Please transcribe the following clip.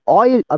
oil